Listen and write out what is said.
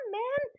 man